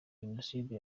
jenoside